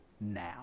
now